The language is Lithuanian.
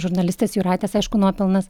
žurnalistės jūratės aišku nuopelnas